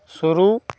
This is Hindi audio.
शुरू